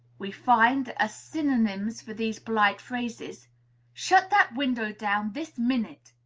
we find, as synonyms for these polite phrases shut that window down, this minute.